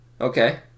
Okay